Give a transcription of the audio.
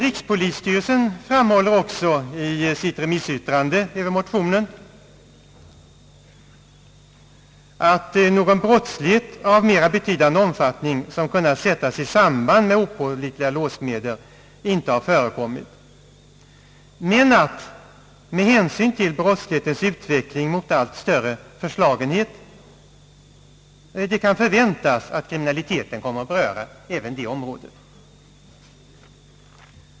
Rikspolisstyrelsen framhåller också i sitt remissyttrande över motionerna att någon brottslighet av mera betydande omfattning som kunnat sättas i samband med opålitliga låssmeder inte har förekommit men att med hänsyn till brottslighetens utveckling mot allt större förslagenhet det kan förväntas att kriminaliteten kommer att beröra även det området.